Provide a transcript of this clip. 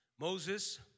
Moses